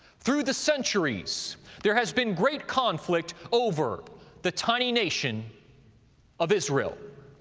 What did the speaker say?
through the centuries there has been great conflict over the tiny nation of israel.